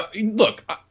look